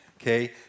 okay